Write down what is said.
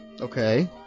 Okay